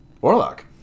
Warlock